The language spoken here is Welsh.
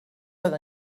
oedd